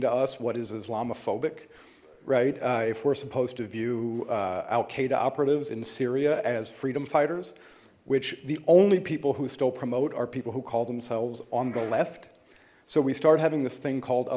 to us what is islamophobic right if we're supposed to view al qaida operatives in syria as freedom fighters which the only people who still promote are people who call themselves on the left so we start having this thing called